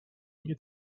nie